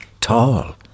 tall